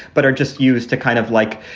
but are just used to kind of like,